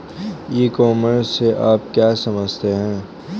ई commerce से आप क्या समझते हैं?